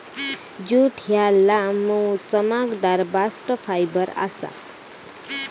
jute ह्या लांब, मऊ, चमकदार बास्ट फायबर आसा